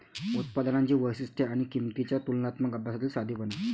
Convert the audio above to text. उत्पादनांची वैशिष्ट्ये आणि किंमतींच्या तुलनात्मक अभ्यासातील साधेपणा